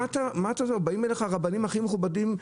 באים אליך הרבנים הכי מכובדים,